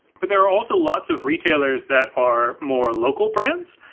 but there are also lots of retailers that are more local brands,